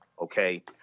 okay